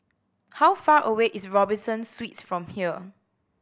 how far away is Robinson Suites from here